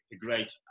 great